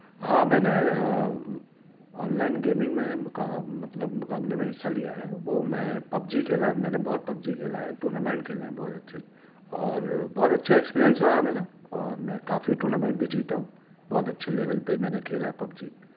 ہاں میں نے آنلائن گیمنگ میں مقام مطلب مقابلے میں حصہ لیا ہے وہ میں پبجی کھیلا میں نے بہت پبجی کھیلا ہے ٹورنامنٹ کھیلے ہیں بہت اچھے اور بہت اچھا ایکسپیرئنس رہا میرا اور میں کافی ٹورنامنٹ بھی جیتا ہوں بہت اچھے لیبل پہ میں نے کھیلا ہے پبجی